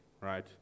right